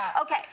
Okay